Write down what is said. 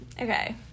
okay